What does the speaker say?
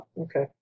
Okay